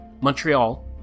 Montreal